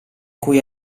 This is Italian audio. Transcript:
cui